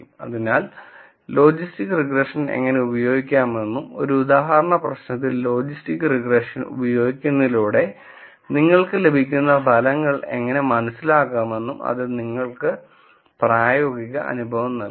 അതിനാൽ logistic regression എങ്ങനെ ഉപയോഗിക്കാമെന്നും ഒരു ഉദാഹരണ പ്രശ്നത്തിൽ ലോജിസ്റ്റിക് റിഗ്രഷൻ ഉപയോഗിക്കുന്നതിലൂടെ നിങ്ങൾക്ക് ലഭിക്കുന്ന ഫലങ്ങൾ എങ്ങനെ മനസ്സിലാക്കാമെന്നും അത് നിങ്ങൾക്ക് പ്രായോഗിക അനുഭവം നൽകും